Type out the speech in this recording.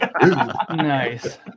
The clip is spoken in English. Nice